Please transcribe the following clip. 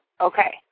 Okay